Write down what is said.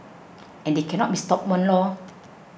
and they cannot be stopped one lor